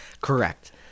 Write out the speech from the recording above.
Correct